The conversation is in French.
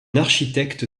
architecte